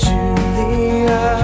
Julia